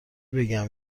بگم